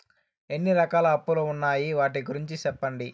ఎన్ని రకాల అప్పులు ఉన్నాయి? వాటి గురించి సెప్పండి?